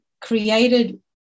created